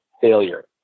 failure